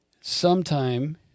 Sometime